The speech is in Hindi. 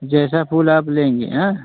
जैसा फूल आप लेंगे हाँ